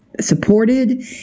supported